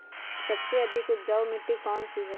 सबसे अधिक उपजाऊ मिट्टी कौन सी हैं?